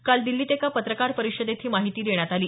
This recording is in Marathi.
काल दिल्लीत एका पत्रकार परिषदेत ही माहिती देण्यात आली